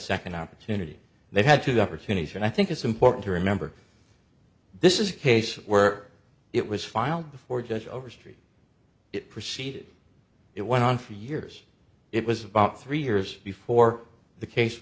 second opportunity they've had two opportunities and i think it's important to remember this is a case were it was filed before judge overstreet it proceeded it went on for years it was about three years before the case